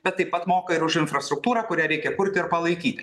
bet taip pat moka ir už infrastruktūrą kurią reikia kurti ir palaikyti